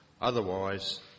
otherwise